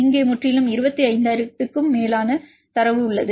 இங்கே முற்றிலும் 25000 க்கும் மேற்பட்ட தரவு உள்ளது